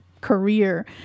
career